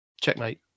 checkmate